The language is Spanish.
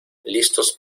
listos